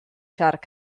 siarad